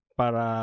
para